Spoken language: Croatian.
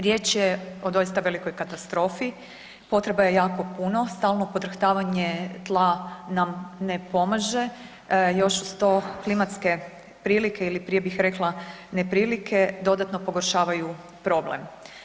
Riječ je o doista velikoj katastrofi, potreba je jako puno, stalno podrhtavanje tla nam ne pomaže još uz to klimatske prilike ili prije bih rekla neprilike dodatno pogoršavaju problem.